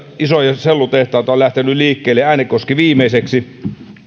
isoja sellutehtaita on lähtenyt liikkeelle äänekoski viimeiseksi